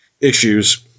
issues